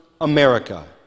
America